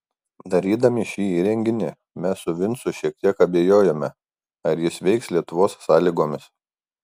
darydami šį įrenginį mes su vincu šiek tiek abejojome ar jis veiks lietuvos sąlygomis